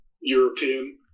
European